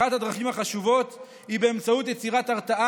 אחת הדרכים החשובות היא באמצעות יצירת הרתעה